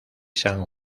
san